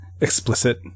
explicit